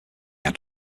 had